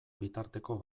bitarteko